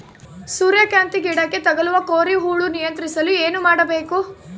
ಸೂರ್ಯಕಾಂತಿ ಗಿಡಕ್ಕೆ ತಗುಲುವ ಕೋರಿ ಹುಳು ನಿಯಂತ್ರಿಸಲು ಏನು ಮಾಡಬೇಕು?